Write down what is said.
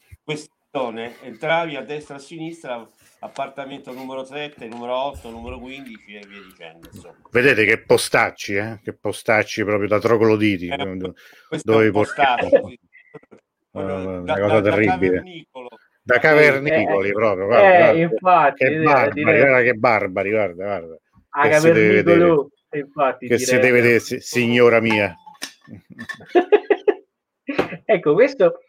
queste zone, entravi a destra e a sinistra, appartamento numero 7, numero 8, numero 15 e via dicendo, insomma. Vedete che postacci, eh, che postacci proprio da trogloditi, Eh, proprio do- questo è un dove vi porti- postaccio, sì. Ah, Quello- guarda, una da- cosa da- da terribile. cavernicolo. Da cavernicoli, Eh, proprio, guarda, eh, guarda. infatti, Che direi- barbari, direi- guarda che barbari, guarda, guarda. A Che si deve cavernicolo, vedere. infatti, Che si deve direi. vedere, signora mia. Ecco, questo-